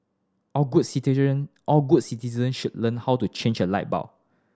all good citizen all good citizen should learn how to change a light bulb